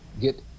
get